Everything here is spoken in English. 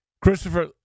Christopher